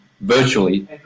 virtually